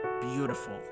beautiful